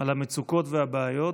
על המצוקות והבעיות.